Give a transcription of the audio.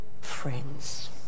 friends